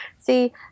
See